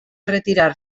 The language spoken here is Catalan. retirar